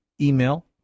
email